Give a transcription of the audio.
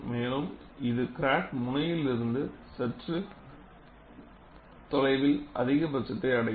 மேலும் இது கிராக் முனையிலிருந்து சற்று தொலைவில் அதிகபட்சத்தை அடையும்